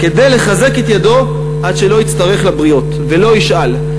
כדי לחזק את ידו עד שלא יצטרך לבריות ולא ישאל".